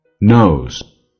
NOSE